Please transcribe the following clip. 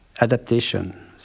adaptation